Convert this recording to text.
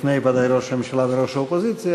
ודאי לפני ראש הממשלה וראש האופוזיציה,